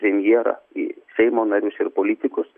premjerą į seimo narius ir politikus